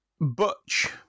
Butch